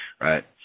right